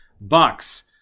Bucks